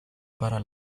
para